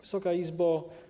Wysoka Izbo!